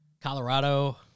Colorado